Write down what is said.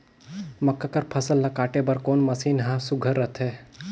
मक्का कर फसल ला काटे बर कोन मशीन ह सुघ्घर रथे?